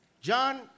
John